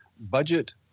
budget